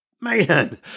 Man